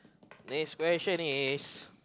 next question is